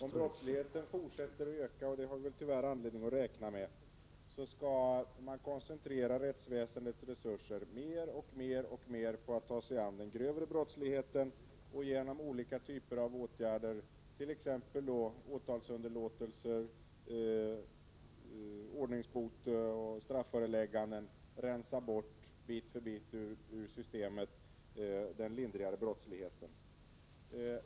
Om brottsligheten fortsätter att öka — och det har vi tyvärr anledning att räkna med — skall man mer och mer koncentrera rättsväsendets resurser på den grövre brottsligheten och genom olika typer av åtgärder, t.ex. åtalsunderlåtelser, ordningsbot och strafförelägganden bit för bit ur systemet rensa bort den lindrigare brottsligheten.